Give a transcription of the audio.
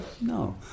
No